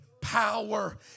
power